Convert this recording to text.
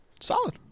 Solid